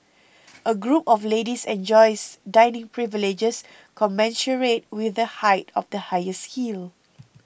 a group of ladies enjoys dining privileges commensurate with the height of the highest heel